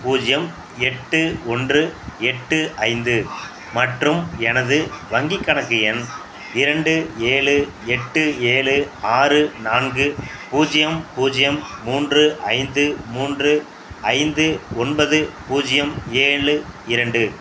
பூஜ்யம் எட்டு ஒன்று எட்டு ஐந்து மற்றும் எனது வங்கி கணக்கு எண் இரண்டு ஏழு எட்டு ஏழு ஆறு நான்கு பூஜ்யம் பூஜ்யம் மூன்று ஐந்து மூன்று ஐந்து ஒன்பது பூஜ்யம் ஏழு இரண்டு